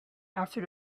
after